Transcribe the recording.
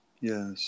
Yes